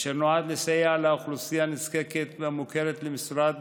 אשר נועד לסייע לאוכלוסייה נזקקת המוכרת למשרד